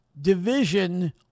division